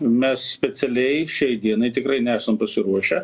mes specialiai šiai dienai tikrai nesam pasiruošę